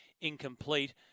incomplete